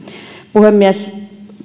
puhemies